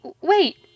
Wait